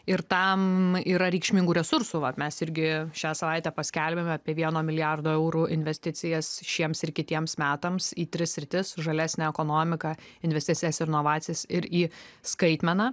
ir tam yra reikšmingų resursų vat mes irgi šią savaitę paskelbėme apie vieno milijardo eurų investicijas šiems ir kitiems metams į tris sritis žalesnę ekonomiką investicijas ir inovacijas ir į skaitmeną